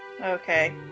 okay